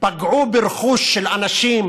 פגעו ברכוש של אנשים